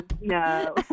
No